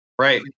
Right